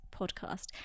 podcast